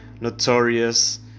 notorious